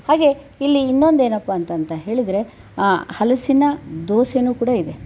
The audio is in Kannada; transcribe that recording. ಹಾಗೆ ಇಲ್ಲಿ ಇನ್ನೊಂದು ಏನಪ್ಪ ಅಂತಂತ ಹೇಳಿದರೆ ಆ ಹಲಸಿನ ದೋಸೆನು ಕೂಡ ಇದೆ